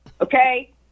Okay